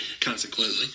consequently